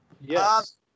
Yes